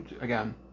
again